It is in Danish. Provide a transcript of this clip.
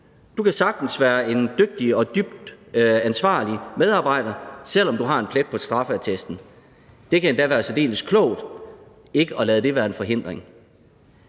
Du kan sagtens være en dygtig og dybt ansvarlig medarbejder, selv om du har en plet på straffeattesten. Det kan endda være særdeles klogt ikke at lade det være en forhindring.